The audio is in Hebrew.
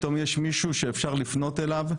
פתאום יש מישהו שאפשר לפנות אליו.